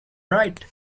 right